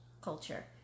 culture